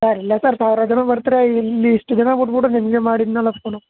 sir ಇಲ್ಲ sir ಸಾವಿರ ಜನ ಬರ್ತಾರೆ ಇಲ್ಲಿಷ್ಟ್ ಜನ ಬಿಟ್ಬಿಟ್ಟು ನಿಮಗೆ ಮಾಡಿದೆನಲ್ಲ ಫೋನು